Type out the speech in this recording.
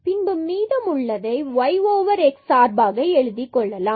பின்பு மீதம் உள்ளதை yx சார்பாக கொள்ளலாம்